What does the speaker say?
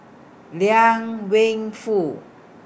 Liang Wenfu